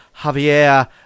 Javier